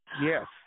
Yes